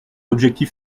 objectif